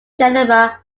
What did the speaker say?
genera